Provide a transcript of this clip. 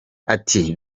ati